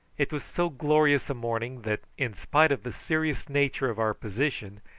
it was so glorious a morning that, in spite of the serious nature of our position,